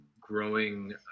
growing